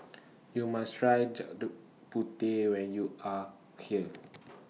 YOU must Try Gudeg Putih when YOU Are here